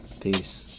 Peace